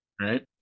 Right